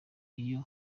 iyo